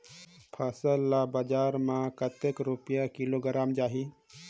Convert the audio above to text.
फसल ला बजार मां कतेक रुपिया किलोग्राम जाही?